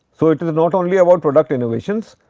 so, it is not only about product innovations,